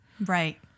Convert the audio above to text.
Right